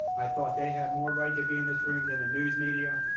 i thought they had more right to be in this room than the news media.